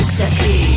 sexy